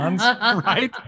right